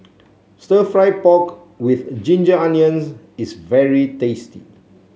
Stir Fried Pork with Ginger Onions is very tasty